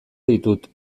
ditut